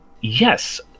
Yes